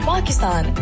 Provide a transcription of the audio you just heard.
Pakistan